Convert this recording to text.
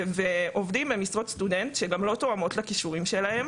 ועובדים במשרות סטודנט שגם לא תואמות לכישורים שלהם